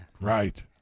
Right